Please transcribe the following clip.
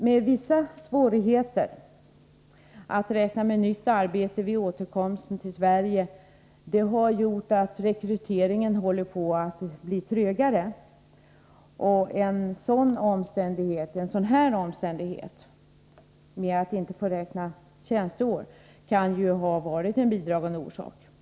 Men vissa svårigheter att räkna med nytt arbete vid återkomsten till Sverige har gjort att rekryteringen håller på att bli trögare. Också en sådan omständighet som att man riskerar att inte få tillgodoräkna sig fullgjorda tjänsteår kan verkligen vara en bidragande orsak härtill.